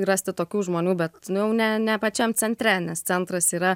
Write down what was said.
rasti tokių žmonių bet nu jau ne ne pačiam centre nes centras yra